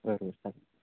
बरं बरं चालेल